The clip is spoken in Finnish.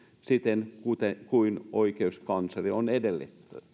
siten kuin oikeuskansleri on